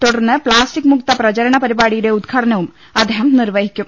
തുടർന്ന് പ്ലാസ്റ്റിക്ക് മുക്ത പ്രചരണ പരിപാടിയുടെ ഉദ്ഘാ ടനവും നിർവ്വഹിക്കും